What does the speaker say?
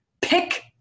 Pick